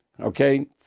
Okay